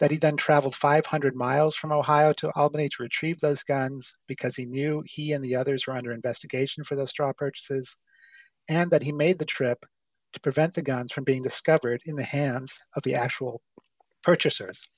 that he then traveled five hundred miles from ohio to albany to retrieve those guns because he knew he and the others are under investigation for those straw purchases and that he made the trip to prevent the guns from being discovered in the hands of the actual purchasers